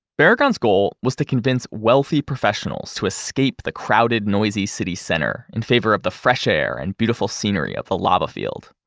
barragan's goal was to convince wealthy professionals to escape the crowded, noisy city center in favor of the fresh air and beautiful scenery of the lava field,